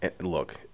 Look